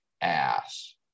ass